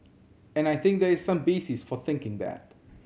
and I think there is some basis for thinking that